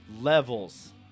levels